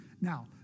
Now